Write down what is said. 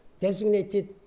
designated